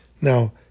Now